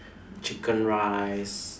chicken-rice